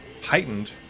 heightened